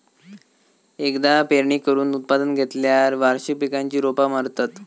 एकदा पेरणी करून उत्पादन घेतल्यार वार्षिक पिकांची रोपा मरतत